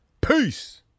Peace